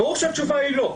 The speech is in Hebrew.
ברור שהתשובה היא לא.